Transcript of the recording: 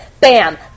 Bam